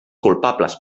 culpables